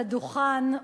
על הדוכן,